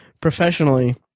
professionally